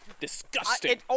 Disgusting